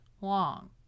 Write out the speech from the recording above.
long